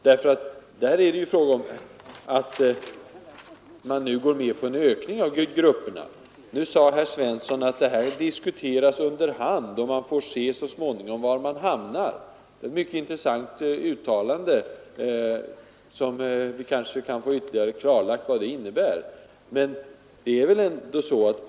Utskottsmajoriteten går med på en utökning av gruppernas storlek, men herr Svensson i Kungälv sade att det här får diskuteras under hand och att man får se så småningom var man hamnar. Det var ett intressant uttalande. Vi kanske kan få ytterligare klarlagt vad det innebär.